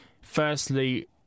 firstly